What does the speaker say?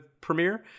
premiere